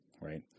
right